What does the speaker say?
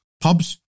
pubs